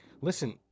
listen